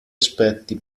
aspetti